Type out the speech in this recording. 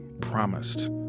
promised